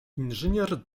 inżynier